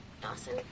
Dawson